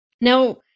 Now